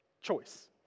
choice